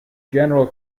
general